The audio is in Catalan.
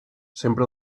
sempre